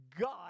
God